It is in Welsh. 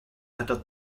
rhedodd